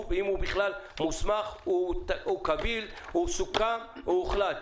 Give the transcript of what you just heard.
ואם הוא בכלל מוסמך או קביל או סוכם או הוחלט.